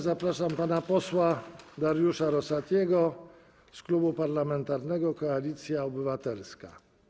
Zapraszam pana posła Dariusza Rosatiego z Klubu Parlamentarnego Koalicja Obywatelska.